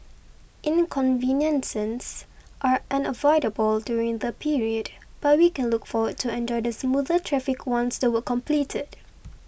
inconveniences are unavoidable during the period but we can look forward to enjoy the smoother traffic once the work completed